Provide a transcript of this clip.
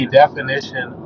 definition